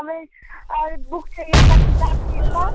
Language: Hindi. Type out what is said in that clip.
हमे बुक चाहिए था किताब चाहिए था